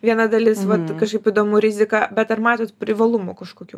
viena dalis vat kažkaip įdomu rizika bet ar matot privalumų kažkokių